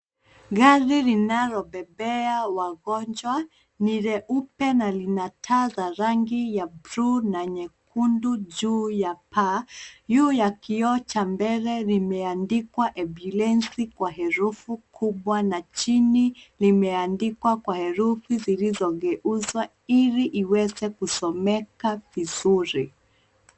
Gari linalobebea wagonjwa ni nyeupe na lina taa za rangi ya blue na nyekundu juu ya paa. Juu ya kioo cha mbele limeandikwa ambulensi kwa herufi kubwa na chini limeandikwa kwa herufi zilizogeuzwa ili iweze kusomeka vizuri.